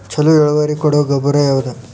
ಛಲೋ ಇಳುವರಿ ಕೊಡೊ ಗೊಬ್ಬರ ಯಾವ್ದ್?